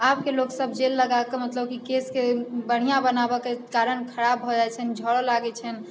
आबके लोक सब जेल लगाके मतलब की केशके बढ़िआँ बनाबऽके कारण खराब भऽ जाइत छनि झड़ऽ लागैत छनि